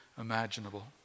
imaginable